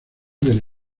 del